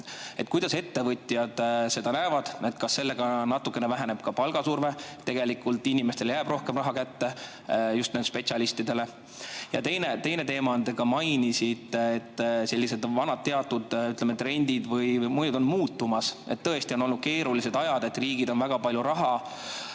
Kuidas ettevõtjad seda näevad? Kas sellega natukene väheneb ka palgasurve? Tegelikult inimestele jääb rohkem raha kätte, just spetsialistidele. Ja teine teema. Te ka mainisite, et teatud vanad trendid on muutumas. Tõesti, on olnud keerulised ajad, riigid on väga palju raha